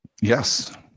Yes